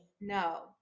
No